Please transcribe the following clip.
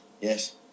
Yes